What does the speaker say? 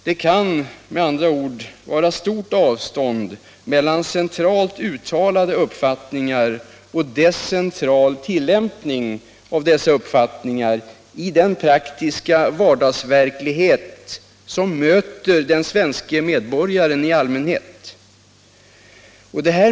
Det kan ibland vara stort avstånd mellan centralt uttalade uppfattningar och decentral tillämpning av dessa uppfattningar i den praktiska vardagsverklighet som möter den svenske medborgaren i allmänhet. ar.